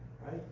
right